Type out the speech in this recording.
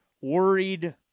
worried